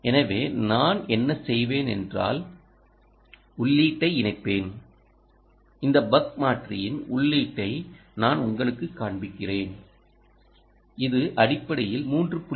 எனவே நான் என்ன செய்வேன் என்றால் உள்ளீட்டை இணைப்பேன் இந்த பக் மாற்றியின் உள்ளீட்டை நான் உங்களுக்குக் காண்பிக்கிறேன்இது அடிப்படையில் 3